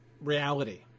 reality